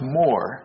more